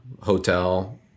hotel